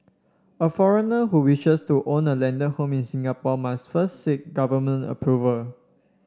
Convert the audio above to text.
a foreigner who wishes to own a landed home in Singapore must first seek government approval